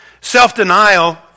self-denial